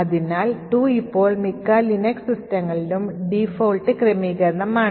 അതിനാൽ 2 ഇപ്പോൾ മിക്ക ലിനക്സ് സിസ്റ്റങ്ങളിലും defualt ക്രമീകരണമാണ്